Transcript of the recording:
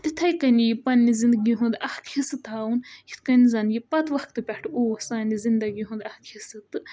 تِتھَے کٔنی یہِ پنٛنہِ زِندگی ہُنٛد اکھ حِصہٕ تھاوُن یِتھ کٔنۍ زَن یہِ پَتہٕ وقتہٕ پٮ۪ٹھ اوس سانہِ زِندگی ہُنٛد اکھ حِصہٕ تہٕ